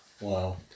Wow